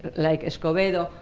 like escobedo,